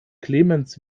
clemens